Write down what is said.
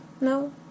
No